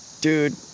dude